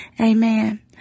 Amen